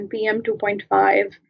PM2.5